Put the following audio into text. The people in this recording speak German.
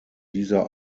dieser